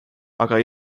aga